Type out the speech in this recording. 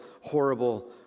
horrible